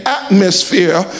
atmosphere